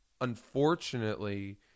unfortunately